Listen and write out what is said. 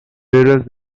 burials